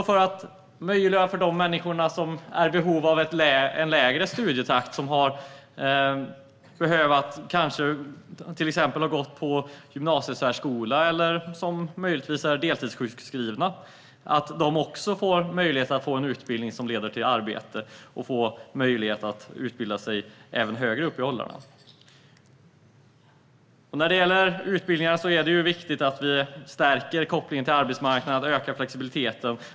Men det handlar också om att människor som är i behov av en lägre studietakt - de kanske har gått på gymnasiesärskola eller är deltidssjukskrivna - ska få möjlighet att få en utbildning som leder till arbete och att de ska få möjlighet att utbilda sig även högre upp i åldrarna. När det gäller utbildningarna är det viktigt att vi stärker kopplingen till arbetsmarknaden och ökar flexibiliteten.